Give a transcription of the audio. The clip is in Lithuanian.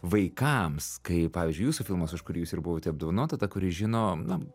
vaikams kai pavyzdžiui jūsų filmas už kurį jūs ir buvote apdovanota ta kuri žino na